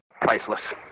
priceless